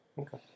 Okay